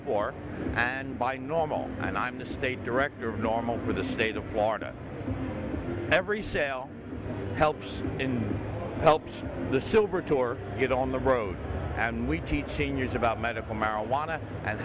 for and by normal and i'm the state director of normal for the state of florida every sale helps in helps the silver tour get on the road and we teach in years about medical marijuana and